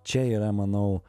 čia yra manau